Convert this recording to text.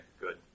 good